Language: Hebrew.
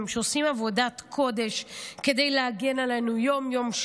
שעושים עבודת קודש כדי להגן עלינו יום-יום,